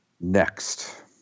next